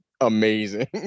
amazing